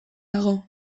dago